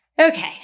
Okay